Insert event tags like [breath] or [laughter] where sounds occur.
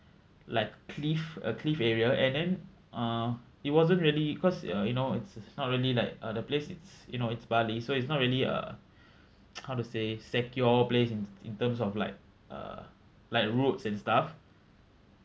like cliff a cliff area and then uh it wasn't really cause uh you know it's not really like uh the place it's you know it's bali so it's not really a [breath] [noise] how to say secure place in in terms of like uh like roads and stuff